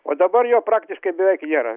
o dabar jo praktiškai beveik nėra